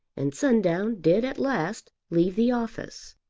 and sundown did at last leave the office.